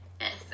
Yes